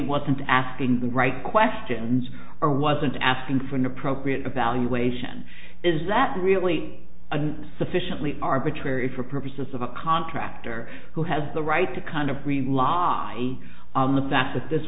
wasn't asking the right questions or wasn't asking for an appropriate evaluation is that really a sufficiently arbitrary for purposes of a contractor who has the right to kind of rely on the fact that this